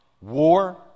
war